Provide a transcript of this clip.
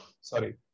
Sorry